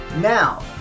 now